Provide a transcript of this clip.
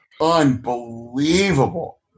unbelievable